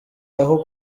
aho